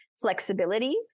flexibility